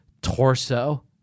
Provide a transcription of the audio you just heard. torso